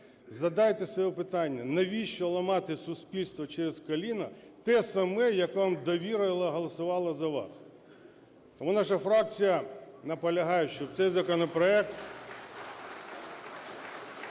Задайте собі питання: навіщо ламати суспільство через коліну, те саме, яке вам довірило, голосувало за вас? Тому наша фракція наполягає, щоб цей законопроект